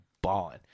balling